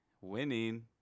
Winning